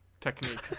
technique